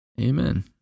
Amen